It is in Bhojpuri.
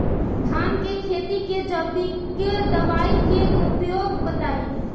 धान के खेती में जैविक दवाई के उपयोग बताइए?